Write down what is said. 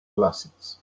glasses